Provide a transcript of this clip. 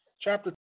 chapter